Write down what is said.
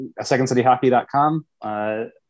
SecondCityHockey.com